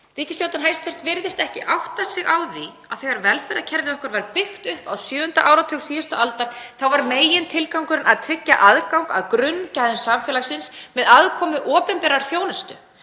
Ríkisstjórnin virðist ekki átta sig á því að þegar velferðarkerfið okkar var byggt upp, á sjöunda áratug síðustu aldar, var megintilgangurinn að tryggja aðgang að grunngæðum samfélagsins með aðkomu opinberrar þjónustu.